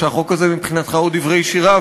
שהחוק הזה מבחינתך הוא דברי שירה,